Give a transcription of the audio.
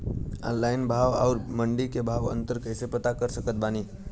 Online भाव आउर मंडी के भाव मे अंतर कैसे पता कर सकत बानी?